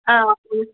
ஆ okay